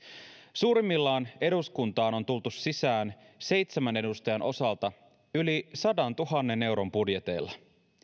suurimmillaan eduskuntaan on tultu sisään seitsemän edustajan osalta yli sadantuhannen euron budjeteilla